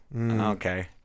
Okay